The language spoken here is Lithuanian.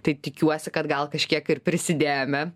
tai tikiuosi kad gal kažkiek ir prisidėjome